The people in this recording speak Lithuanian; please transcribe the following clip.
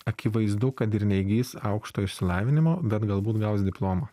akivaizdu kad ir neįgis aukšto išsilavinimo bet galbūt gaus diplomą